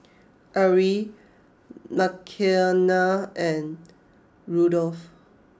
Arrie Makenna and Rudolph